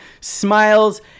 smiles